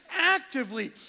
actively